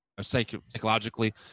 psychologically